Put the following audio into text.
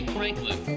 Franklin